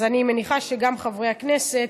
אז אני מניחה שגם חברי הכנסת,